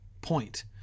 point